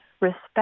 respect